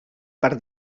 per